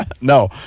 No